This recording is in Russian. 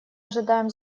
ожидаем